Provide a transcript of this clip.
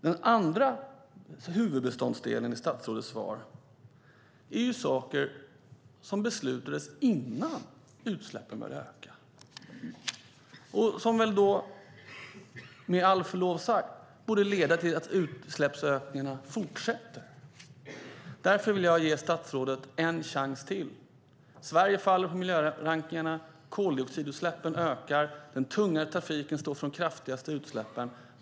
Den andra huvudbeståndsdelen i statsrådets svar är saker som beslutades om innan utsläppen började öka och som med förlov sagt borde leda till att utsläppsökningarna fortsätter. Därför vill jag ge statsrådet en chans till. Sverige faller i miljörankningarna. Koldioxidutsläppen ökar. Den tunga trafiken står för de kraftigaste utsläppen.